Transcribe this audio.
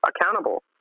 accountable